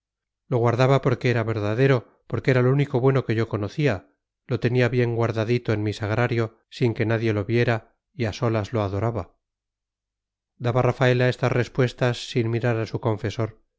lo guardaba porque era verdadero porque era lo único bueno que yo conocía lo tenía bien guardadito en mi sagrario sin que nadie lo viera y a solas lo adoraba daba rafaela estas respuestas sin mirar a su confesor